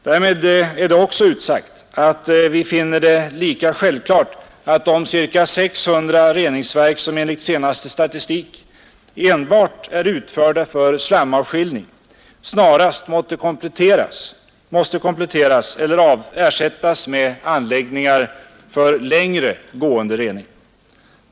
Därmed är det också utsagt att vi finner det lika självklart att de ca 600 reningsverk som enligt senaste statistik enbart är utförda för slamavskiljning snarast måste kompletteras eller ersättas med anläggningar för längre gående rening.